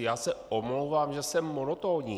Já se omlouvám, že jsem monotónní.